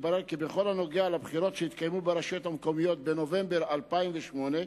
התברר כי בכל הנוגע לבחירות שהתקיימו ברשויות המקומיות בנובמבר 2008,